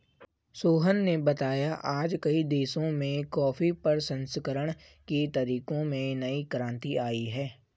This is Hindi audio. सोहन ने बताया आज कई देशों में कॉफी प्रसंस्करण के तरीकों में नई क्रांति आई है